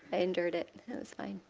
i endured it. it was fine.